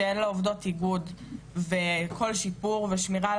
העובדה שאין לעובדות איגוד וכל שיפור ושמירה על